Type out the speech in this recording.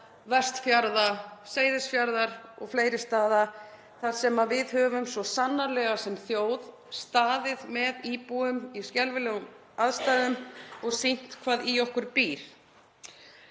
Vestfjarða eða Seyðisfjarðar og fleiri staða þar sem við höfum svo sannarlega sem þjóð staðið með íbúum í skelfilegum aðstæðum og sýnt hvað í okkur býr.